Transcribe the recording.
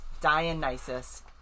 Dionysus